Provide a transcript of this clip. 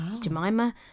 Jemima